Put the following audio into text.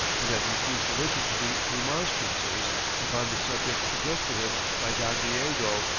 and had refused to listen to the remonstrances upon the subject addressed to him by don diego,